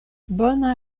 bona